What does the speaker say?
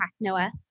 Noah